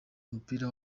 umupira